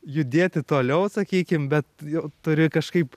judėti toliau sakykim bet jau turi kažkaip